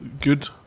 good